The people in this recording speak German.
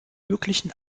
möglichen